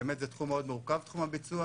תחום הביצוע